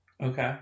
Okay